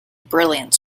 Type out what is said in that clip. brilliant